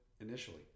initially